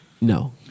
No